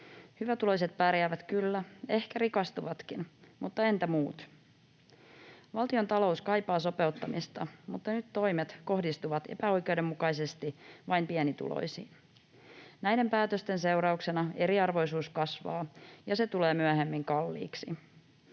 Hyvätuloiset pärjäävät kyllä, ehkä rikastuvatkin, mutta entä muut? Valtiontalous kaipaa sopeuttamista, mutta nyt toimet kohdistuvat epäoikeudenmukaisesti vain pienituloisiin. Näiden päätösten seurauksena eriarvoisuus kasvaa, ja se tulee myöhemmin kalliiksi.